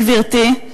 גברתי,